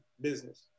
business